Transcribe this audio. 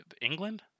England